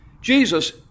Jesus